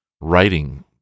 writing